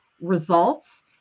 results